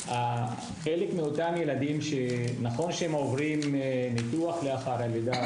זה נכון שחלק מאותם ילדים עוברים ניתוח לאחר הלידה